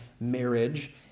marriage